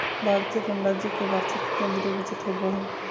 भारतीय गणराज्य के वार्षिक केंद्रीय बजट होबो हइ